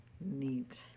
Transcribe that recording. Neat